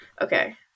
Okay